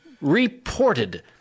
reported